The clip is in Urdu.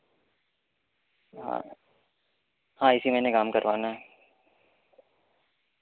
ہاں ہاں اسی میں نے کام کروانا ہے